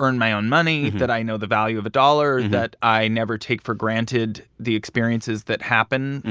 earned my own money, that i know the value of a dollar, that i never take for granted the experiences that happen